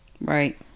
right